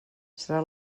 serà